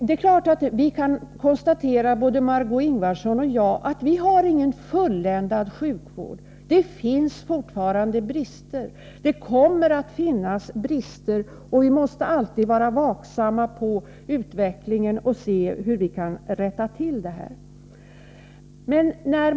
Det är klart att både Margé Ingvardsson och jag kan konstatera att vi inte har en fulländad sjukvård — det finns fortfarande brister, och det kommer att finnas brister. Vi måste alltid vara vaksamma på utvecklingen och se hur vi kan rätta till det som inte är bra.